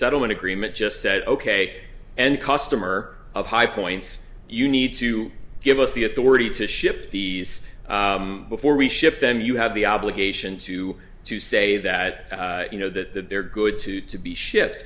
settlement agreement just said ok and customer of high points you need to give us the authority to ship these before we ship them you have the obligation to to say that you know that that there are good too to be shi